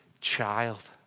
child